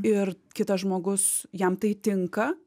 ir kitas žmogus jam tai tinka